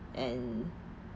and